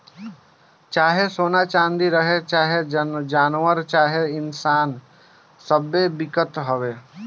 चाहे सोना चाँदी रहे, चाहे जानवर चाहे इन्सान सब्बे बिकत हवे